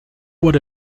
what